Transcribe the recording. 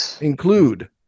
include